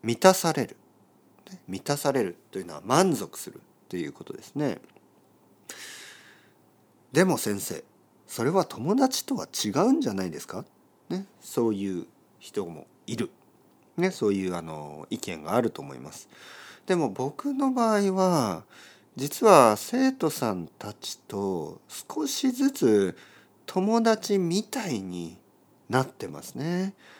満たされる。ね。満たされるというのは満足するっていうことですね。でも先生、それは友達とは違うんじゃないですか？ね。そういう人もいる。ね。そういう、あの、意見があると思います。でも僕の場合は、実は生徒さんたちと少しずつ友達みたいになってますね。